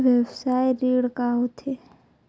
व्यवसाय ऋण का होथे?